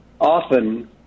often